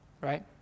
right